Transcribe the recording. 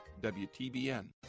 wtbn